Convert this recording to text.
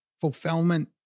fulfillment